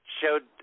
showed